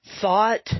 thought